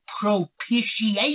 propitiation